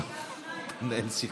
אין סיכוי.